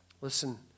Listen